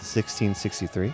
1663